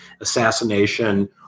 assassination